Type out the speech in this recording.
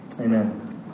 Amen